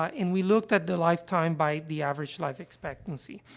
ah and we looked at the lifetime by the average life expectancy.